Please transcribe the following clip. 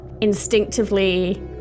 instinctively